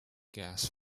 gas